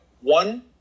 one